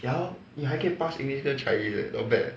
ya lor 你还可以 pass english 跟 chinese eh not bad